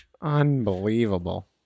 Unbelievable